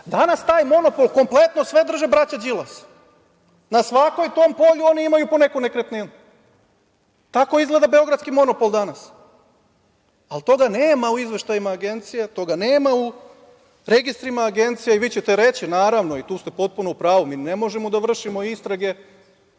Danas taj monopol kompletno drže braća Đilas. Na svakom tom polju oni imaju po neku nekretninu. Tako izgleda „Beogradski monopol“ danas. Ali, toga nema u izveštajima Agencije, toga nema u registrima Agencije. Vi ćete reći, naravno, i tu ste potpuno u pravu, mi ne možemo da vršimo istrage.